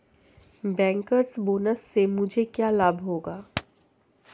Bankers bonus से मुझे क्या लाभ होगा?